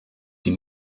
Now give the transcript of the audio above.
die